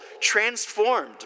transformed